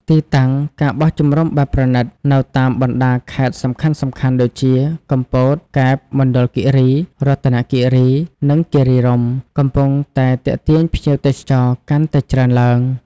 ទីតាំង ការបោះជំរំបែបប្រណីត នៅតាមបណ្តាខេត្តសំខាន់ៗដូចជា កំពត កែប មណ្ឌលគិរី រតនគិរី និងគិរីរម្យ កំពុងតែទាក់ទាញភ្ញៀវទេសចរកាន់តែច្រើនឡើង។